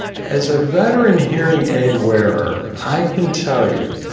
as a veteran hearing aid wearer i can tell you,